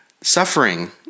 Suffering